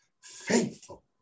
faithful